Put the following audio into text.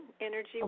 energy